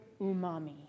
umami